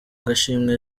gashimwe